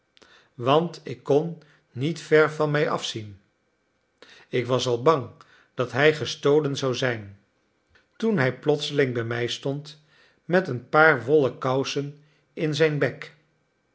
want ik kon niet ver van mij afzien ik was al bang dat hij gestolen zou zijn toen hij plotseling bij mij stond met een paar wollen kousen in zijn bek